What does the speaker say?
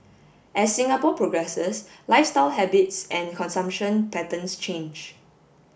as Singapore progresses lifestyle habits and consumption patterns change